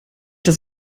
dass